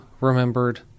remembered